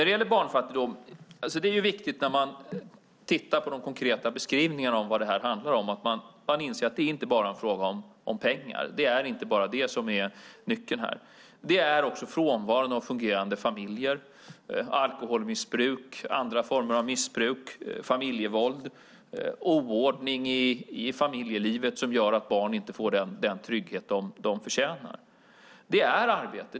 Beträffande barnfattigdom: När man tittar på de konkreta beskrivningarna av vad det handlar om är det viktigt att inse att det inte bara är en fråga om pengar - det är inte bara det som är nyckeln - utan det handlar också om frånvaron av fungerande familjer, alkoholmissbruk, andra former av missbruk, familjevåld och oordning i familjelivet som gör att barn inte får den trygghet som de förtjänar. Det handlar också om arbete.